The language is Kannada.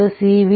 dvdt